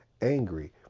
angry